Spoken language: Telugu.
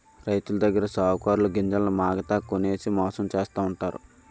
రైతులదగ్గర సావుకారులు గింజల్ని మాగతాకి కొనేసి మోసం చేస్తావుంటారు